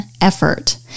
effort